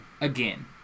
again